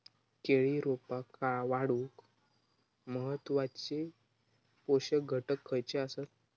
केळी रोपा वाढूक महत्वाचे पोषक घटक खयचे आसत?